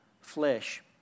flesh